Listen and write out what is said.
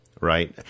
right